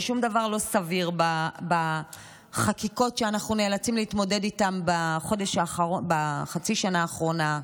ששום דבר לא סביר בחקיקות שאנחנו נאלצים להתמודד איתן בחצי שנה האחרונה.